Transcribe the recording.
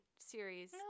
series